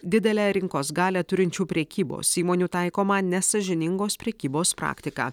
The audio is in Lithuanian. didelę rinkos galią turinčių prekybos įmonių taikomą nesąžiningos prekybos praktiką